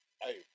hey